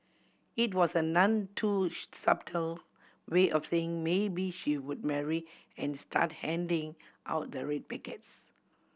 it was a none too subtle way of saying maybe she would marry and start handing out the red packets